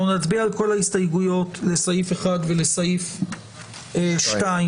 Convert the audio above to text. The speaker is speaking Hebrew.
אנחנו נצביע על כל ההסתייגויות לסעיף 1 ולסעיף 2,